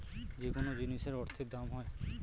যেকোনো জিনিসের অর্থের দাম হয়